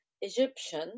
Egyptian